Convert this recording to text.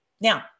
Now